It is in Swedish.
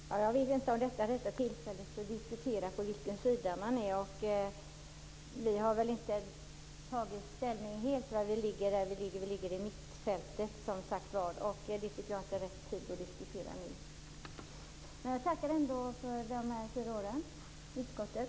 Fru talman! Jag vet inte om detta är rätta tillfället att diskutera vilken sida man står på. Vi har väl inte helt tagit ställning till huruvida vi ligger i mittfältet. Det tycker jag inte är rätt tid att diskutera nu. Men jag tackar ändå för de här fyra åren i utskottet!